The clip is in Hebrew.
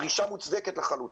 דרישה מוצדקת לחלוטין.